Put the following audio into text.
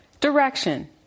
direction